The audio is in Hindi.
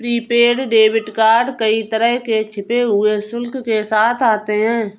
प्रीपेड डेबिट कार्ड कई तरह के छिपे हुए शुल्क के साथ आते हैं